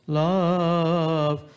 love